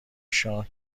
شاه